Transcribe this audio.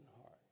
heart